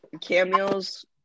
Cameos